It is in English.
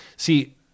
See